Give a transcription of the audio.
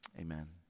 Amen